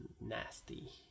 Nasty